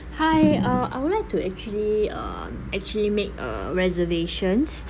hi uh I would like to actually uh actually make a reservations